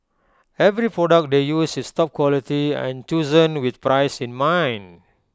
every product they use is top quality and chosen with price in mind